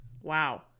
wow